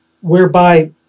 whereby